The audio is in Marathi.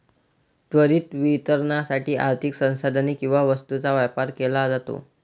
त्वरित वितरणासाठी आर्थिक संसाधने किंवा वस्तूंचा व्यापार केला जातो